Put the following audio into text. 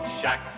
shack